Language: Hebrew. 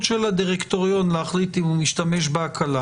של הדירקטוריון להחליט אם הוא משתמש בהקלה